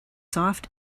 soft